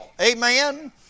Amen